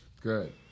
Good